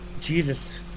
Jesus